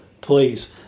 please